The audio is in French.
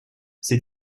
ces